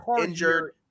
Injured